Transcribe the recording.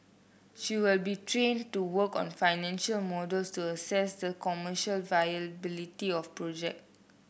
she will be trained to work on financial models to assess the commercial viability of project